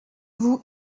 vous